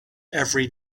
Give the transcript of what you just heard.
every